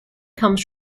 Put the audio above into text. comes